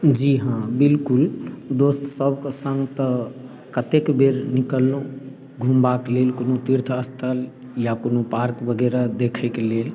जी हँ बिलकुल दोस्त सबके सङ्ग तऽ कतेक बेर निकललहुॅं घुमबाक लेल कोनो तीर्थ स्थल या कोनो पार्क वगैरह देखैक लेल